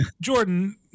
Jordan